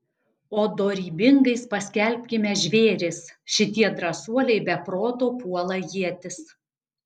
o dorybingais paskelbkime žvėris šitie drąsuoliai be proto puola ietis